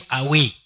away